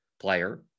player